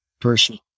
person